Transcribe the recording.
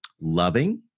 loving